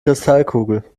kristallkugel